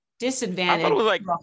disadvantage